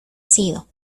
sido